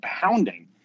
pounding